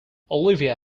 olivia